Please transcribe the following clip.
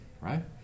right